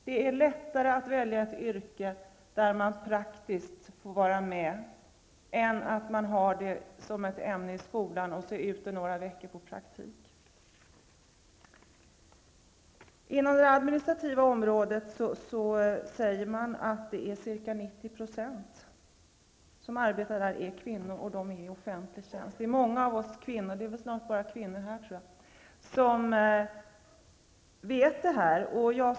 Det är lättare att välja ett yrke där man får arbeta praktiskt än att lära sig det i skolan med hjälp av några veckors praktik. Det sägs att ca 90 % av dem som arbetar på det administrativa området är kvinnor. De är alltså i offentlig tjänst. Det är väl snart bara kvinnor i kammaren, och vi känner till detta.